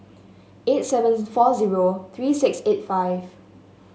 eight seven four zero three six eight five